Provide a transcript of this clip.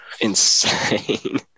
insane